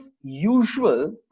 usual